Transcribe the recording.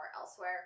elsewhere